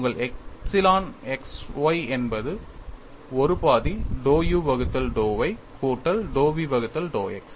உங்கள் epsilon x y என்பது ஒரு பாதி dou u வகுத்தல் dou y கூட்டல் dou v வகுத்தல் dou x